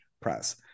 press